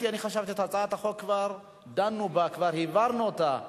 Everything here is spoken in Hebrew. החוק עבר בקריאה ראשונה ויעבור להמשך דיון בוועדת הכנסת.